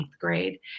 grade